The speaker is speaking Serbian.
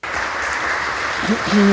Hvala.